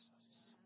Jesus